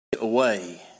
away